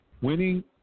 winning